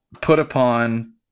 put-upon